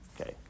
Okay